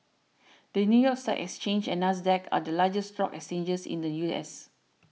the New York Stock Exchange and NASDAQ are the largest stock exchanges in the U S